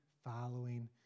following